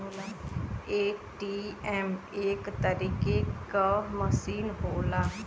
ATM एक तरीके क मसीन होला